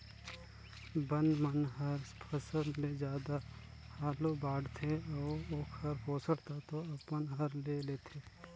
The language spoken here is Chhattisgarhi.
बन मन हर फसल ले जादा हालू बाड़थे अउ ओखर पोषण तत्व अपन हर ले लेथे